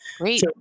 Great